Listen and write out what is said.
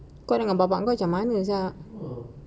kau dengan bapa engkau macam mana sia